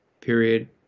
period